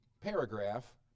paragraph